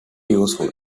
useful